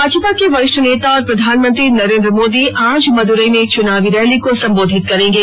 भाजपा के वरिष्ठ नेता और प्रधानमंत्री नरेन्द्र मोदी आज मदुरई में एक चुनाव रैली को संबोधित करेंगे